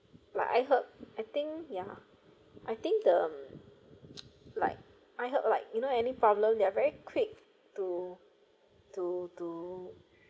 like I heard I think yeah I think the like I heard like you know any problem they're very quick to to to